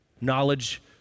Knowledge